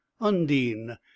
undine